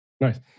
Nice